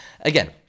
again